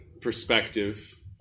perspective